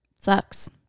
Sucks